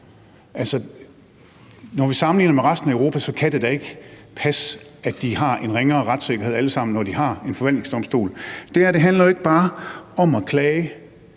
når vi sammenligner med resten af Europa, kan det da ikke passe, at de har en ringere retssikkerhed alle sammen, når de har en forvaltningsdomstol. Det her handler jo ikke bare om at klage.